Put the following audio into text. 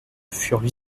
furent